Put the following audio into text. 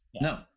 No